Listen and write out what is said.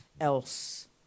else